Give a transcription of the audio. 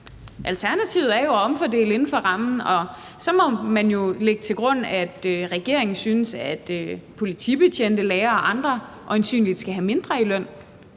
Alternativet er jo at omfordele inden for rammen, og så må man jo lægge til grund, at regeringen synes, at politibetjente, lærere og andre øjensynligt skal have skal have mindre i løn.